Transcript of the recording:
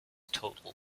total